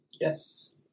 Yes